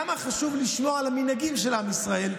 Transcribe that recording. למה חשוב לשמור על המנהגים של עם ישראל.